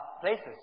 places